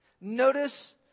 Notice